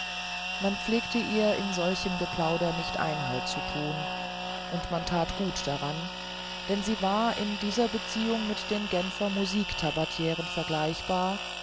man pflegte ihr in solchem geplauder nicht einhalt zu thun und man that gut daran denn sie war in dieser beziehung mit den genfer musik tabatiren zu vergleichen